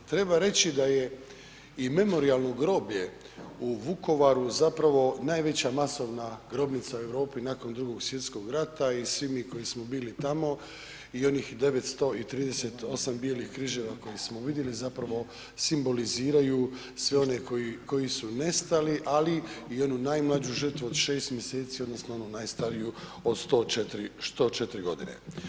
Treba reći da je i Memorijalno groblje u Vukovaru zapravo najveća masovna grobnica u Europi nakon Drugog svjetskog rata i svi mi koji smo bili tamo i onih 938 bijelih križeva koje smo vidjeli zapravo simboliziraju sve one koji su nestali, ali i onu najmlađu žrtvu od 6 mjeseci odnosno najstariju od 104 godine.